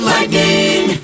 Lightning